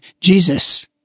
Jesus